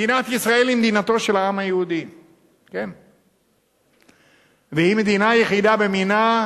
מדינת ישראל היא מדינתו של העם היהודי והיא מדינה יחידה במינה,